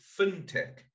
fintech